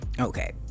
Okay